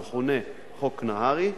המכונה חוק נהרי,